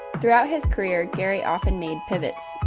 throughout his career, gary often made pivots,